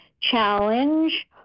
challenge